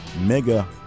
mega